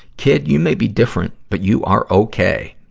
kid, you may be different, but you are okay.